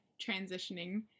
transitioning